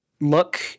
look